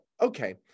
Okay